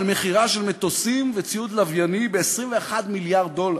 על מכירה של מטוסים וציוד לווייני ב-21 מיליארד דולר.